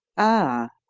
ah,